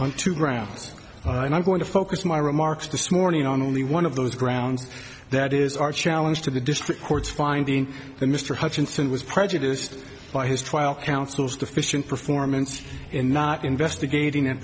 two grounds and i'm going to focus my remarks this morning on only one of those grounds that is our challenge to the district court's finding mr hutchinson was prejudiced by his trial counsel's deficient performance in not investigating a